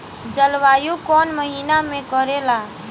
जलवायु कौन महीना में करेला?